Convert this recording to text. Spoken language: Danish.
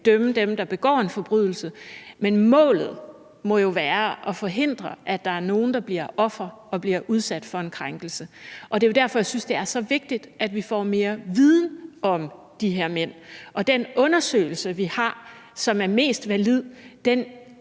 dømme dem, der begår en forbrydelse, men målet må jo være at forhindre, at der er nogle, der bliver ofre og bliver udsat for en krænkelse. Og det er jo derfor, jeg synes, det er så vigtigt, at vi får mere viden om de her mænd, og den undersøgelse, vi har, som er mest valid,